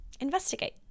investigate